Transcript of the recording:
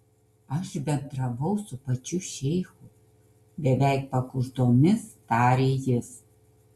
aš bendravau su pačiu šeichu beveik pakuždomis tarė jis